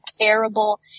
terrible